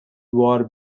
war